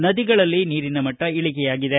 ನದಿಗಳಲ್ಲಿ ನೀರಿನ ಮಟ್ಟ ಇಳಿಕೆಯಾಗಿದೆ